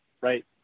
right